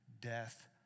death